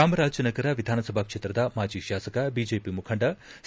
ಚಾಮರಾಜನಗರ ವಿಧಾನಸಭಾ ಕ್ಷೇತ್ರದ ಮಾಜಿ ಶಾಸಕ ಬಿಜೆಪಿ ಮುಖಂಡ ಸಿ